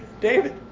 David